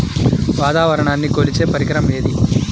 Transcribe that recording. వాతావరణాన్ని కొలిచే పరికరం ఏది?